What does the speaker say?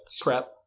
prep